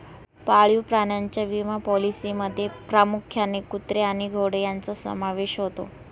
पाळीव प्राण्यांच्या विमा पॉलिसींमध्ये प्रामुख्याने कुत्रे आणि घोडे यांचा समावेश होतो